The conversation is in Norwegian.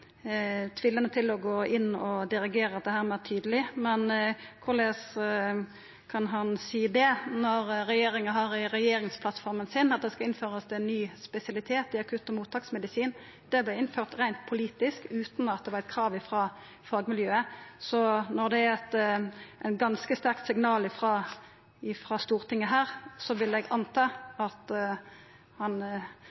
tvilande til å gå inn og dirigera dette meir tydeleg, men korleis kan han seia det, når regjeringa har i regjeringsplattforma si at det skal innførast ein ny spesialitet i akutt- og mottaksmedisin? Det vart innført reint politisk, utan at det var eit krav frå fagmiljøet. Når det er eit ganske sterkt signal frå Stortinget her, vil eg anta